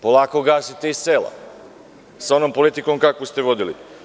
Polako gasite i selo, sa onom politikom koju ste vodili.